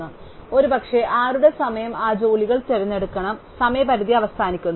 അതിനാൽ ഒരുപക്ഷേ ആരുടെ സമയം ആ ജോലികൾ തിരഞ്ഞെടുക്കണം സമയപരിധി അവസാനിക്കുന്നു